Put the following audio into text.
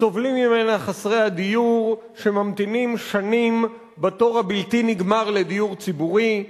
סובלים ממנה חסרי הדיור שממתינים שנים בתור הבלתי-נגמר לדיור ציבורי,